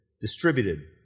distributed